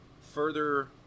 further